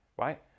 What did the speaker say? right